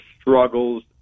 struggles